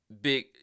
big